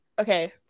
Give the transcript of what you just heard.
okay